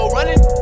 Running